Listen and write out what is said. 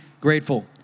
grateful